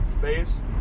base